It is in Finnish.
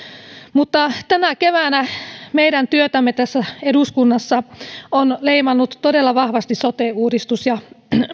mutta tänä keväänä meidän työtämme tässä eduskunnassa on leimannut todella vahvasti sote uudistus ja